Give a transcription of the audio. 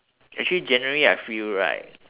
actually generally I feel right